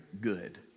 good